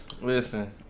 Listen